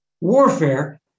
warfare